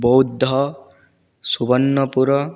Boudh Subarnapur